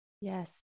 Yes